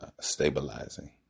stabilizing